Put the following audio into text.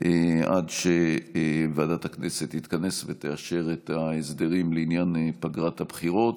עד שוועדת הכנסת תתכנס ותאשר את ההסדרים לעניין פגרת הבחירות,